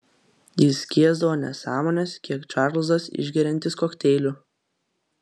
jis skiesdavo nesąmones kiek čarlzas išgeriantis kokteilių